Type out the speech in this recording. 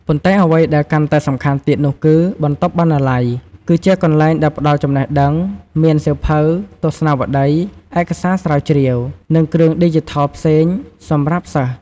ប៉ុន្តែអ្វីដែលកាន់តែសំខាន់ទៀតនោះគឺ បន្ទប់បណ្ណាល័យ គឺជាកន្លែងដែលផ្តល់ចំណេះដឹង មានសៀវភៅ ទស្សនាវដ្តី ឯកសារស្រាវជ្រាវ និងគ្រឿងឌីជីថលផ្សេងសម្រាប់សិស្ស។